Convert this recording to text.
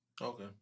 Okay